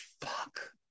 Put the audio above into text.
fuck